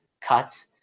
cuts